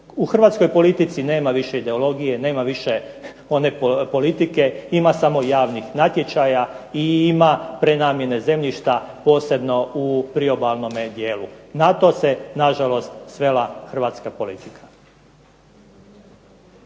U hrvatskoj politici nema više ideologije, nema više one politike, ima samo javnih natječaja i ima prenamjene zemljišta posebno u priobalnom dijelu. Na to se nažalost svega hrvatska politika.